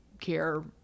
care